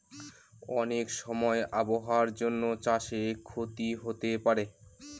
অনেক সময় আবহাওয়ার জন্য চাষে ক্ষতি হতে পারে